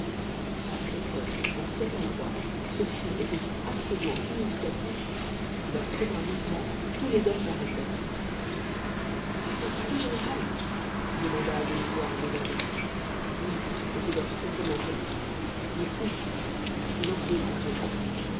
à cette heure en cet endroit ce cri était si affreusement significatif que d'un commun mouvement tous les hommes s'arrêtèrent vous avez entendu général demanda à demi-voix un des agents oui on s'égorge certainement près d'ici mais où silence et écoutons